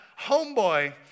homeboy